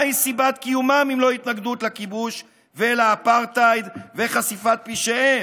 מהי סיבת קיומם אם לא התנגדות לכיבוש ולאפרטהייד וחשיפת פשעיהם?